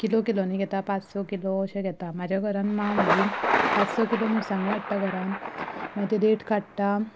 kilo किलोनी घेता पांच स किलो अशे घेता म्हजे घरांत माव म्हजी पांच स किलो मिरसांग्यो हाडटा घरा मागीर ते धेंट काडटा